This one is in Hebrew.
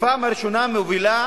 בפעם הראשונה הובילה